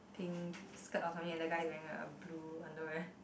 pink skirt or something like that and the guy is wearing a blue underwear